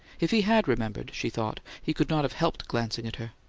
if he had remembered, she thought, he could not have helped glancing at her.